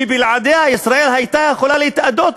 שבלעדיה ישראל הייתה יכולה להתאדות,